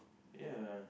ya